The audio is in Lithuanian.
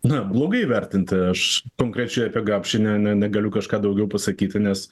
na blogai vertinti aš konkrečiai apie gapšį negaliu kažką daugiau pasakyti nes